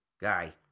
guy